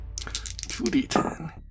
2d10